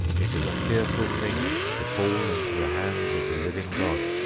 it is a fearful thing to fall into the hands of the living god.